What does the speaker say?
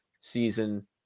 season